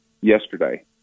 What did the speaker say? yesterday